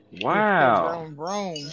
Wow